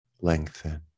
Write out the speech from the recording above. lengthen